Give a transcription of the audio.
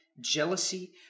jealousy